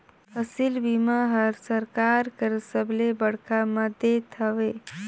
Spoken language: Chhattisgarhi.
फसिल बीमा हर सरकार कर सबले बड़खा मदेत हवे